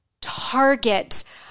Target